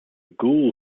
ghoul